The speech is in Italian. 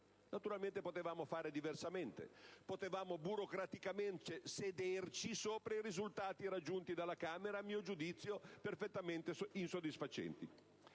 Naturalmente, potevamo fare diversamente: potevamo burocraticamente sederci sopra i risultati raggiunti dalla Camera, a mio giudizio perfettamente insoddisfacenti.